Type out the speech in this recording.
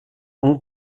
ont